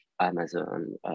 Amazon